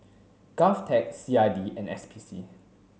GOVTECH C I D and S P C